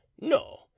no